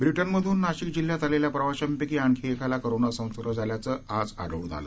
ब्रिटनमधूननाशिकजिल्ह्यातआलेल्याप्रवाशांपैकीआणखीएकालाकोरोनासंसर्ग झाल्याचं आज आढळून आलं